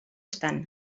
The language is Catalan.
estan